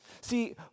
see